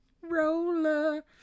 Roller